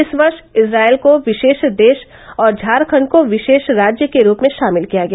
इस वर्ष इस्राइल को विशेष देश और झारखंड को विशेष राज्य के रूप में शामिल किया गया